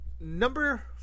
number